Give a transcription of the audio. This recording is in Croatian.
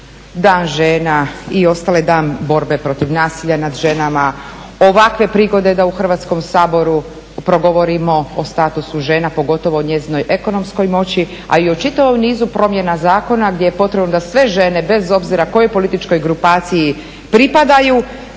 Dan žena i ostale, Dan borbe protiv nasilja nad ženama. Ovakve prigode da u Hrvatskom saboru progovorimo o statusu žena, pogotovo o njezinoj ekonomskoj moći, a i o čitavom nizu promjena zakona gdje je potrebno da sve žene bez obzira kojoj političkoj grupaciji pripadaju,